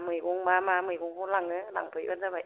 मा मैगं मा मा मैगंखौ लांनो लांफैबानो जाबाय